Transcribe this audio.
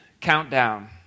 countdown